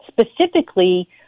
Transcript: specifically